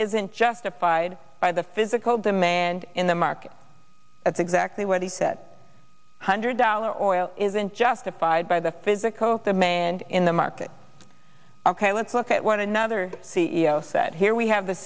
isn't justified by the physical demand in the market that's exactly what he said hundred dollar oil isn't justified by the physical demand in the market ok let's look at what another c e o said here we have the